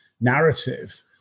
narrative